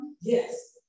yes